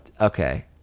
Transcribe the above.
okay